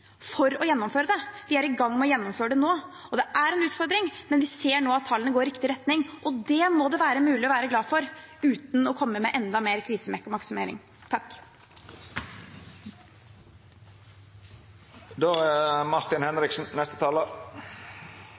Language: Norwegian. for å gjennomføre det; vi er i gang med å gjennomføre det nå. Det er en utfordring, men vi ser nå at tallene går i riktig retning, og det må det være mulig å være glad for, uten å komme med enda mer krisemaksimering. Representanten Martin Henriksen